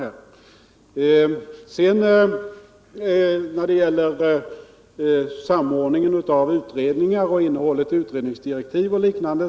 Så ett par ord om samordningen av utredningar, innehållet i utredningsdirektiv och liknande.